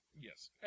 Yes